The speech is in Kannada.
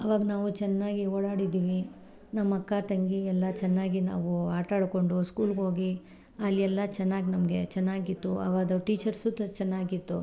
ಆವಾಗ ನಾವು ಚೆನ್ನಾಗಿ ಓಡಾಡಿದ್ದೀವಿ ನಮ್ಮ ಅಕ್ಕ ತಂಗಿ ಎಲ್ಲ ಚನ್ನಾಗಿ ನಾವು ಆಟಾಡ್ಕೊಂಡು ಸ್ಕೂಲ್ಗೆ ಹೋಗಿ ಅಲ್ಲಿ ಎಲ್ಲ ಚೆನ್ನಾಗಿ ನಮಗೆ ಚೆನ್ನಾಗಿತ್ತು ಅವಾದು ಟೀಚರ್ಸು ಚೆನ್ನಾಗಿತ್ತು